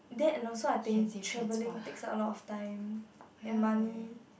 that and also I think travelling takes up a lot of time and money